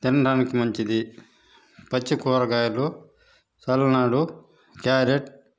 తినడానికి మంచిది పచ్చి కూరగాయలు సలాడ్ క్యారెట్